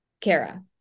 Kara